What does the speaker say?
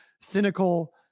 cynical